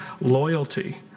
loyalty